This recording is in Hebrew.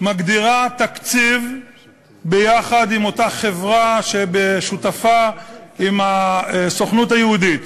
מגדירה תקציב ביחד עם אותה חברה ששותפה עם הסוכנות היהודית,